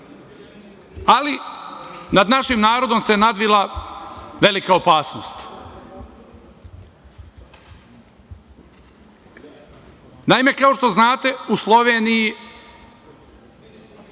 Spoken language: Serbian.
Ali, nad našim narodom se nadvila velika opasnost. Naime, kao što znate u Sloveniji